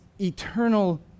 eternal